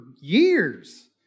years